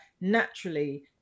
naturally